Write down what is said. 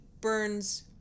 burns